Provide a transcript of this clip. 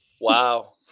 Wow